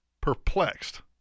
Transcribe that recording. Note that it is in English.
perplexed